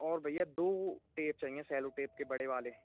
और भइया दो टेप चाहिए सेलो टेप के बड़े वाले